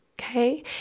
okay